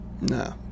No